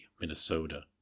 Minnesota